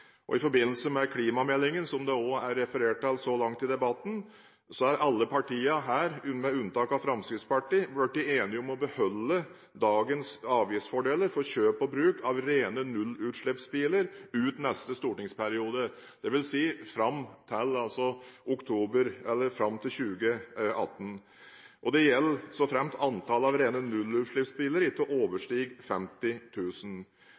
I forbindelse med klimameldingen, som det også er referert til så langt i debatten, er alle partiene her, med unntak av Fremskrittspartiet, blitt enige om å beholde dagens avgiftsfordeler ved kjøp og bruk av rene nullutslippsbiler ut neste stortingsperiode, dvs. fram til 2018. Det gjelder såfremt antallet rene nullutslippsbiler ikke overstiger 50 000. Etter mitt syn er det